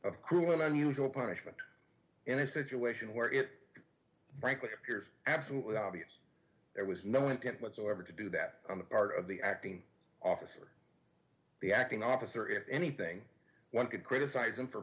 of cruel and unusual punishment in a situation where it frankly appears absolutely obvious there was no intent whatsoever to do that on the part of the acting officer be acting officer if anything one could criticize him for